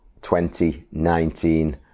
2019